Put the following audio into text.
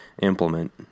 implement